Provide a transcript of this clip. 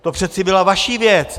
To přece byla vaše věc.